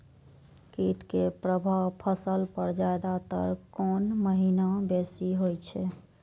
कीट के प्रभाव फसल पर ज्यादा तर कोन महीना बेसी होई छै?